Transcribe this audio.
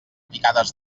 picades